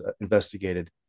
investigated